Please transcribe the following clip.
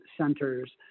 centers